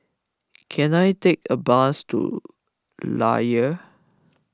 can I take a bus to Layar